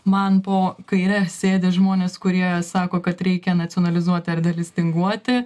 man po kaire sėdi žmonės kurie sako kad reikia nacionalizuoti ar delistinguoti